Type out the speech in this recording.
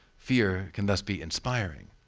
fear can thus be inspiring.